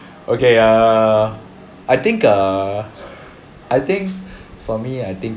okay err I think err I think for me I think